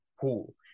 Pool